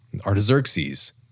Artaxerxes